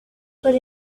for